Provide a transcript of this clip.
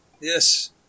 Yes